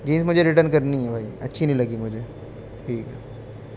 jeans مجھے return کرنی ہے بھائی اچھی نہیں لگی مجھے ٹھیک ہے